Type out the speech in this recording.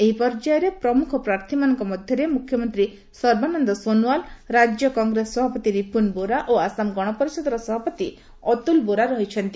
ଏହି ପର୍ଯ୍ୟାୟରେ ପ୍ରମୁଖ ପ୍ରାର୍ଥୀମାନଙ୍କ ମଧ୍ୟରେ ମୁଖ୍ୟମନ୍ତୀ ସର୍ବାନନ୍ଦ ସୋନ୍ୱାଲ୍ ରାଜ୍ୟ କଂଗ୍ରେସ ସଭାପତି ରିପୁନ୍ ବୋରା ଓ ଆସାମ ଗଣପରିଷଦ ସଭାପତି ଅତୁଲ୍ ବୋରା ରହିଛନ୍ତି